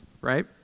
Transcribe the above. right